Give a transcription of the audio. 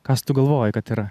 kas tu galvoji kad yra